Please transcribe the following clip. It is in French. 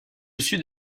sud